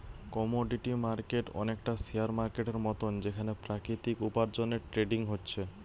commodity market অনেকটা share মার্কেটের মতন যেখানে প্রাকৃতিক উপার্জনের ট্রেডিং হচ্ছে